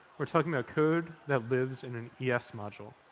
we're talking about code that lives in an yeah es module.